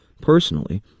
Personally